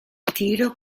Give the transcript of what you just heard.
tiro